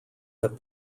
have